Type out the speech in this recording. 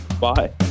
bye